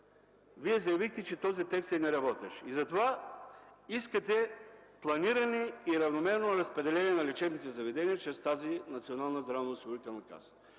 заявихте, че този текст е неработещ, затова искате планиране и равномерно разпределение на лечебните заведения чрез тази